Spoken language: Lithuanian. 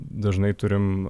dažnai turim